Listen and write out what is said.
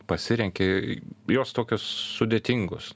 pasirenki jos tokios sudėtingos